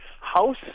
house